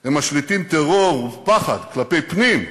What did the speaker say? הם משליטים טרור ופחד כלפי פנים.